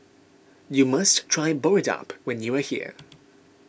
you must try Boribap when you are here